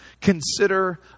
consider